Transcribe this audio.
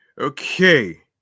okay